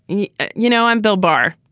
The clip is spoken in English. you you know, i'm bill barr.